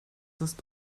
ist